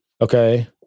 okay